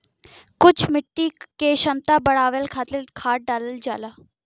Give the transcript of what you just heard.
कुछ मिट्टी क क्षमता बढ़ावे खातिर खाद डालल जाला